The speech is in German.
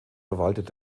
verwaltet